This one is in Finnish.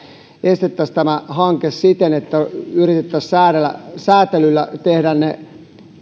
estettäisiin tämä hanke siten että yritettäisiin säätelyllä säätelyllä tehdä